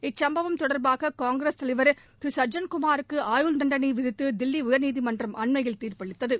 இச்சுப்பவம் தொடர்பாக காங்கிரஸ் தலைவர் திரு சஜன்குமாருக்கு ஆயுள் தண்டனை தில்லி உயர்நீதிமன்றம் அண்மையில் தீர்ப்பளித்தது